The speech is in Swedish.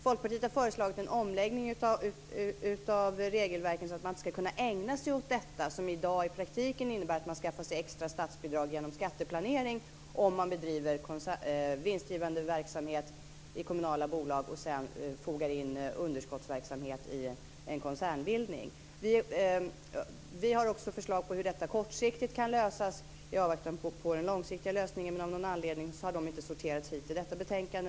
Folkpartiet har föreslagit en omläggning av regelverket så att man inte ska kunna ägna sig åt detta som i dag i praktiken innebär att man skaffar sig extra statsbidrag genom skatteplanering om man driver vinstgivande verksamhet i kommunala bolag och sedan fogar in underskottsverksamhet i en koncernbildning. Vi har också förslag till hur detta kortsiktigt kan lösas i avvaktan på den långsiktiga lösningen. Men av någon anledning har detta inte kommit med i detta betänkande.